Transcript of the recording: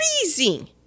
freezing